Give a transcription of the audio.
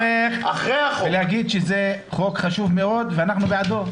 לברך ולהגיד שזה חוק חשוב מאוד ואנחנו בעדו.